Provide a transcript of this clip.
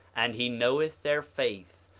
and he knoweth their faith,